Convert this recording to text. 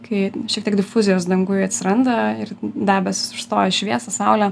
kai šiek tiek difuzijos danguj atsiranda ir debesys užstoja šviesą saulę